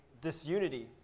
disunity